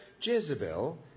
Jezebel